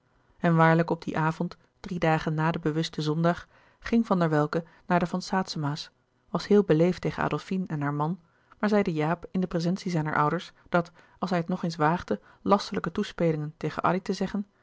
en waarlijk op dien avond drie dagen na den bewusten zondag ging van der welcke naar de van saetzema's was heel beleefd tegen adolfine en haar man maar zeide jaap in de prezentie zijner ouders dat als hij het nog eens waagde lasterlijke toespe lingen tegen addy te zeggen